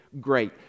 Great